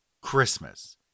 Christmas